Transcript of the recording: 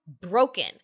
broken